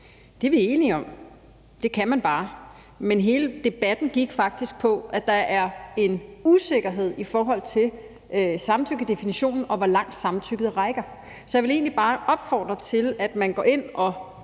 Det er vi enige om; det kan man bare, men hele debatten gik faktisk på, at der er en usikkerhed i forhold til samtykkedefinitionen, og hvor langt samtykket rækker. Så jeg vil egentlig bare opfordre til, at man går ind og